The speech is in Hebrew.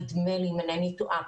נדמה לי אם אינני טועה,